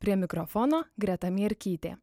prie mikrofono greta mierkytė